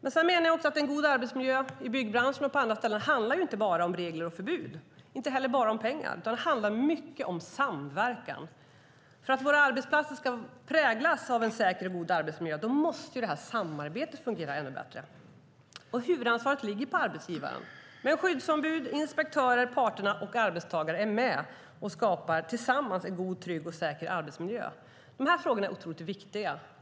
Jag menar också att en god arbetsmiljö i byggbranschen och på andra ställen inte handlar om bara regler och förbud och inte heller om bara pengar, utan det handlar mycket om samverkan. För att våra arbetsplatser ska präglas av en säker och god arbetsmiljö måste det samarbetet fungera ännu bättre, och huvudansvaret ligger på arbetsgivaren, men skyddsombud, inspektörer, parter och arbetstagare är med och skapar tillsammans en god, trygg och säker arbetsmiljö. De här frågorna är otroligt viktiga.